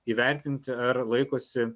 įvertinti ar laikosi